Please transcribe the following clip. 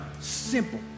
Simple